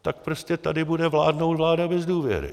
Tak prostě tady bude vládnout vláda bez důvěry.